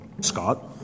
Scott